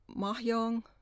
Mahjong